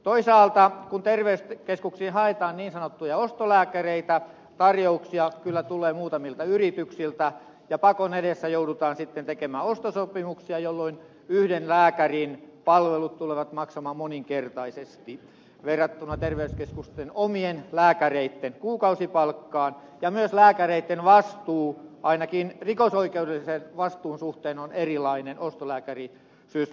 toisaalta kun terveyskeskuksiin haetaan niin sanottuja ostolääkäreitä tarjouksia kyllä tulee muutamilta yrityksiltä ja pakon edessä joudutaan sitten tekemään ostosopimuksia jolloin yhden lääkärin palvelut tulevat maksamaan moninkertaisesti verrattuna terveyskeskusten omien lääkäreitten kuukausipalkkaan ja myös lääkäreitten vastuu ainakin rikosoikeudellisen vastuun suhteen on erilainen ostolääkärisysteemissä